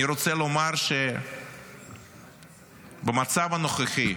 אני רצה לומר שבמצב הנוכחי,